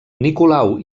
nicolau